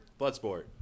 Bloodsport